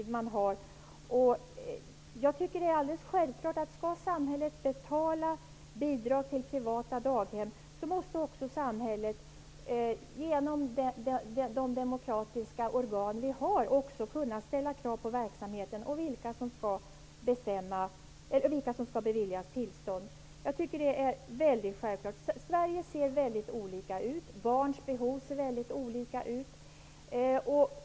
Om samhället skall betala bidrag till privata daghem är det alldeles självklart att samhället också, genom de demokratiska organ som finns, måste kunna ställa krav på verksamheten och avgöra vilka som skall beviljas tillstånd. Barns behov ser olika ut, och det ser inte likadant ut över allt i Sverige.